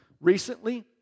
Recently